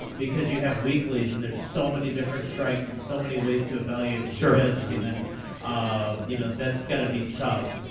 because you have weeklies, and there's so many different strikes, and so many ways to evaluate to evaluate risk. and and um you know that's got to be tough.